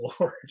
lord